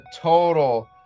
total